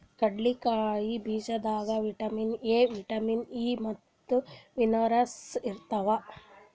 ಕಡ್ಲಿಕಾಯಿ ಬೀಜದಾಗ್ vitamin A, vitamin E ಮತ್ತ್ ಮಿನರಲ್ಸ್ ಇರ್ತವ್